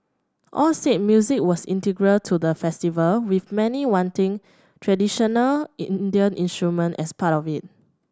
all said music was integral to the festival with many wanting traditional Indian instrument as part of it